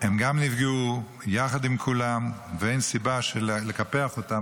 גם הם נפגעו יחד עם כולם ואין סיבה לקפח אותם.